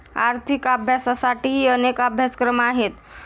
आर्थिक अभ्यासासाठीही अनेक अभ्यासक्रम आहेत